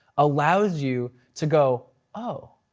allows you to go oh,